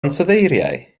ansoddeiriau